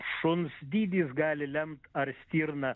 šuns dydis gali lemt ar stirna